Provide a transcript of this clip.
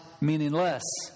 meaningless